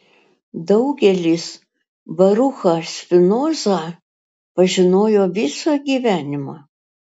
daugelis baruchą spinozą pažinojo visą gyvenimą